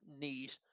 need